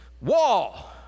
wall